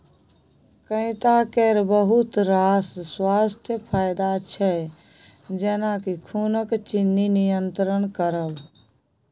कैता केर बहुत रास स्वास्थ्य फाएदा छै जेना खुनक चिन्नी नियंत्रण करब